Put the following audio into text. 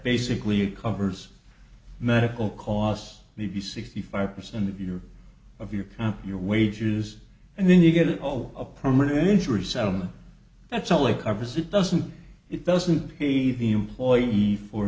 basically it covers medical costs maybe sixty five percent of your of your comp your wages and then you get all a permanent injury settlement that's all it covers it doesn't it doesn't pay the employee for